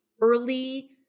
early